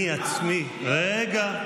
אני עצמי, אהה, מפתיע, רגע.